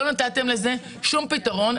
לא נתתם לזה שום פתרון,